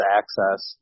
access